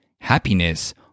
Happiness